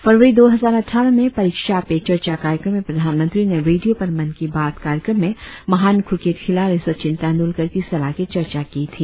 फरवरी दो हजार अट्ठारह में परीक्षा पे चर्चा कार्यक्रम में प्रधानमंत्री ने रेडियों पर मन की बात कार्यक्रम में महान क्रिकेट खिलाड़ी सचिन तेंदुलकर की सलाह की चर्चा की थी